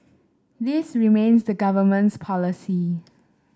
this remains the Government's policy